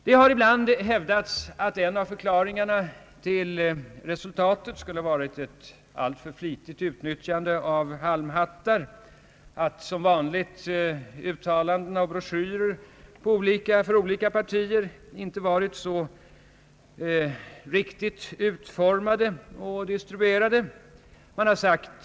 Det har ibland hävdats att en av förklaringarna till valresultatet skulle ha varit ett alltför flitigt utnyttjande av halmhattar och att som vanligt uttalandenyioch broschyrer, olika för olika partier, inte varit så riktigt utformade och distribuerade som vore önskvärt.